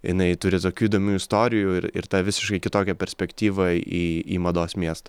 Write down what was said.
jinai turi tokių įdomių istorijų ir ir tą visiškai kitokią perspektyvą į mados miestą